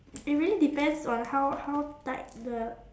it really depends on how how tight the